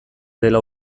dela